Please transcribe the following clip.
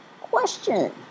question